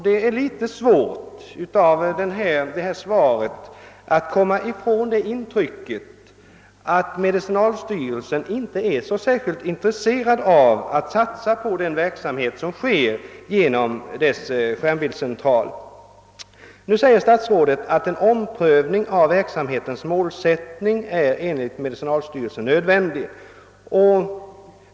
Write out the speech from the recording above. Man kan inte undgå att av svaret få intrycket, att medicinalstyrelsen inte är särskilt iniresserad av att satsa på den verksamhet som bedrivs i dess skärmbildscentral. Nu säger statsrådet, att en omprövning av verksamhetens målsättning enligt medicinalstyrelsen är nödvändig.